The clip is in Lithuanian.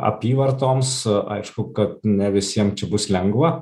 apyvartoms aišku kad ne visiem čia bus lengva